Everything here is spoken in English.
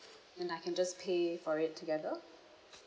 then I can just pay for it together